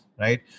right